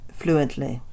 fluently